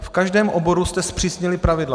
V každém oboru jste zpřísnili pravidla.